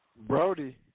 Brody